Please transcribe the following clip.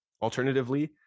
Alternatively